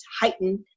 heightened